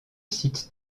site